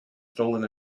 stolen